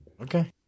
Okay